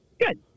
good